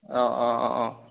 অঁ অঁ অঁ